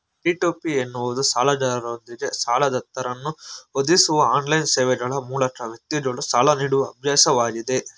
P to P ಎನ್ನುವುದು ಸಾಲಗಾರರೊಂದಿಗೆ ಸಾಲದಾತರನ್ನ ಹೊಂದಿಸುವ ಆನ್ಲೈನ್ ಸೇವೆಗ್ಳ ಮೂಲಕ ವ್ಯಕ್ತಿಗಳು ಸಾಲ ನೀಡುವ ಅಭ್ಯಾಸವಾಗಿದೆ